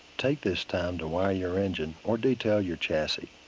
take this time to wire your engine or detail your chassis.